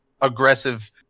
aggressive